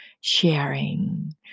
sharing